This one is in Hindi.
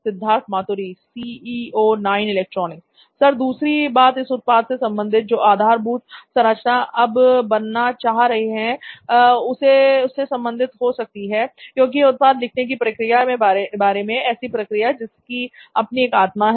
सिद्धार्थ मातुरी सर दूसरी बात इस उत्पाद से संबंधित जो आधारभूत संरचना अब बनाना चाह रहे हैं उससे संबंधित हो सकती है क्योंकि यह उत्पाद लिखने की प्रक्रिया के बारे में है ऐसी प्रक्रिया जिसकी अपनी एक आत्मा है